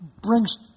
brings